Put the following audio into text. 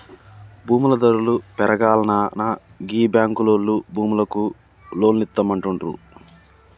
భూముల ధరలు పెరుగాల్ననా గీ బాంకులోల్లు భూములకు లోన్లిత్తమంటుండ్రు